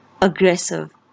aggressive